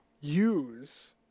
use